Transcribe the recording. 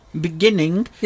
beginning